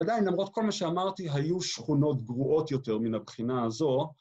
עדיין למרות כל מה שאמרתי היו שכונות גרועות יותר מן הבחינה הזו